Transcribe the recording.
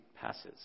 passes